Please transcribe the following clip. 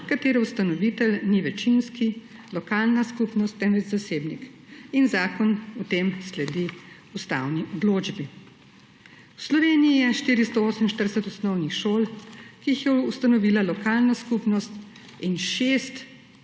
katere ustanovitelj ni večinski, lokalna skupnost, temveč zasebnik, in zakon v tem sledi ustavni odločbi. V Sloveniji je 448 osnovnih šol, ki jih je ustanovila lokalna skupnost, in 6